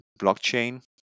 blockchain